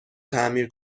تعمیر